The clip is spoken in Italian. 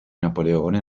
napoleone